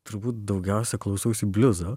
turbūt daugiausia klausausi bliuzo